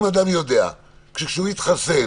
אם אדם יודע שכשהוא יתחסן